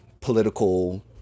political